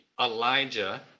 Elijah